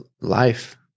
Life